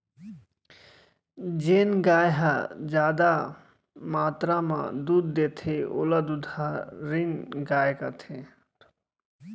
जेन गाय ह जादा मातरा म दूद देथे ओला दुधारिन गाय कथें